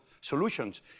solutions